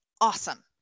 awesome